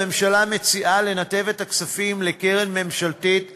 הממשלה מציעה לנתב את הכספים לקרן ממשלתית כללית,